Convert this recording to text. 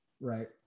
right